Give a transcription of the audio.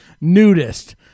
nudist